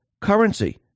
currency